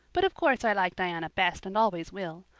but of course i like diana best and always will.